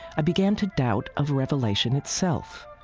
i began to doubt of revelation itself.